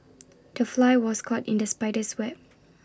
the fly was caught in the spider's web